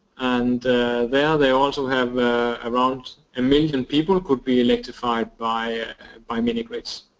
and there they also have around a million people could be electrified by by mini-grids.